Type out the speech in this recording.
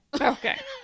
Okay